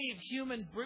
human